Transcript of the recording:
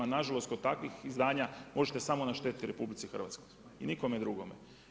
Nažalost, kod takvih izdanja, možete samo našteti RH, nikome drugome.